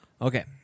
Okay